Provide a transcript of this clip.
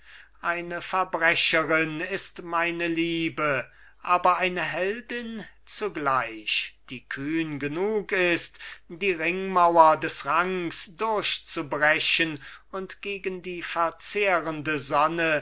eine verbrecherin ist meine liebe aber eine heldin zugleich die kühn genug ist die ringmauer des rangs durchzubrechen und gegen die verzehrende sonne